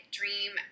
dream